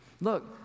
Look